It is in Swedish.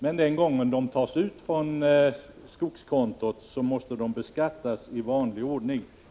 När medlen tas ut från skogskontot beskattas de i vanlig ordning.